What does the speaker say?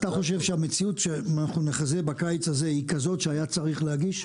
אתה חושב שהמציאות שאנחנו נחזה בקיץ הזאת היא כזאת שהיה צריך להגיש?